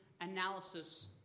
analysis